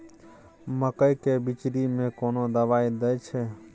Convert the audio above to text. मकई के बिचरी में कोन दवाई दे छै?